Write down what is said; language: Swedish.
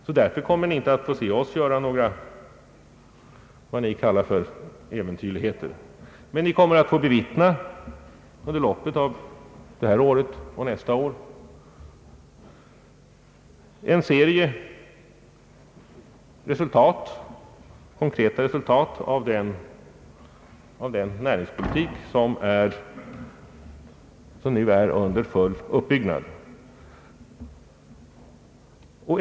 Ni kommer därför inte att få se oss göra oss skyldiga till vad ni kallar äventyrligheter, men ni kommer att under loppet av detta år och nästa år få bevittna en serie konkreta resultat av den näringspolitik som nu är under full uppbyggnad.